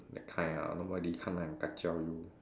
that kind ah nobody come and kacau you